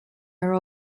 are